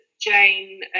Jane